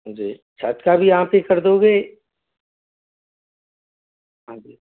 जी छत का भी आप ही कर दोगे अच्छा